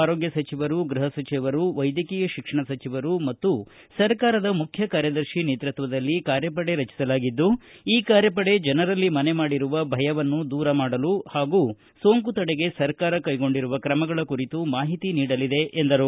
ಆರೋಗ್ಯ ಸಚಿವರು ಗೃಹ ಸಚಿವರು ವೈದ್ಯಕೀಯ ಶಿಕ್ಷಣ ಸಚಿವರು ಮತ್ತು ಸರ್ಕಾರದ ಮುಖ್ಯ ಕಾರ್ಯದರ್ಶಿಗಳ ನೇತೃತ್ವದಲ್ಲಿ ಕಾರ್ಯಪಡೆ ರಚಿಸಲಾಗಿದ್ದು ಈ ಕಾರ್ಯಪಡೆ ಜನರಲ್ಲಿ ಮನೆಮಾಡಿರುವ ಭಯವನ್ನು ದೂರು ಮಾಡಲು ಹಾಗೂ ಸೋಂಕು ತಡೆಗೆ ಸರ್ಕಾರ ಕೈಗೊಂಡಿರುವ ಕ್ರಮಗಳ ಕುರಿತು ಮಾಹಿತಿ ನೀಡಲಿದೆ ಎಂದರು